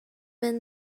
been